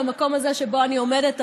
במקום הזה שבו אני עומדת,